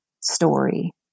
story